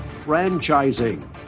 franchising